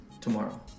tomorrow